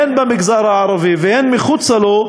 הן במגזר הערבי והן מחוצה לו,